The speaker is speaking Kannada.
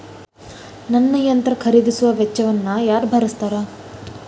ನನ್ನ ಯಂತ್ರ ಖರೇದಿಸುವ ವೆಚ್ಚವನ್ನು ಯಾರ ಭರ್ಸತಾರ್?